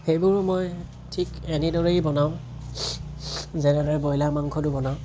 সেইবোৰো মই ঠিক এনেদৰেই বনাওঁ যেনেদৰে ব্ৰইলাৰ মাংসটো বনাওঁ